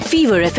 Fever